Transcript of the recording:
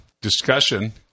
discussion